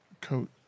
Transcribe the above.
coat